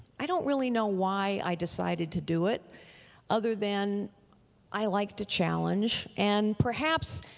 i don't really know why i decided to do it other than i liked a challenge and perhaps,